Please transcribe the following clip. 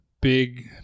big